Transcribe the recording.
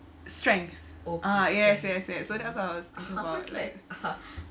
strength ah yes yes yes so I was like talking about like